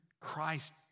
Christ